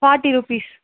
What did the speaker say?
forty rupees